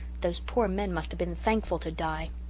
those poor men must have been thankful to die.